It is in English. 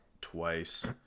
Twice